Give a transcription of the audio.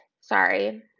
sorry